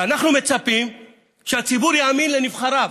ואנחנו מצפים שהציבור יאמין לנבחריו.